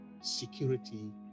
security